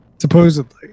supposedly